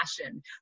passion